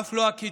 ואף לא הקצבאות,